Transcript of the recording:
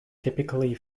typically